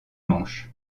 manche